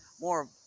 more